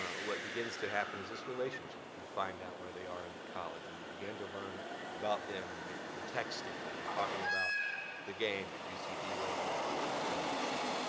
what begins to happen is this relationship, you find out where they are in college and you begin to learn about them. and you're texting and you're talking about the game. did you see d. wade last night and some of these things.